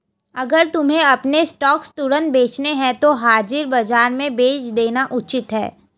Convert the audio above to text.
अगर तुम्हें अपने स्टॉक्स तुरंत बेचने हैं तो हाजिर बाजार में बेच देना उचित है